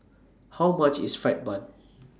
How much IS Fried Bun